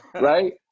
Right